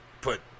put